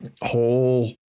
whole